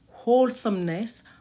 wholesomeness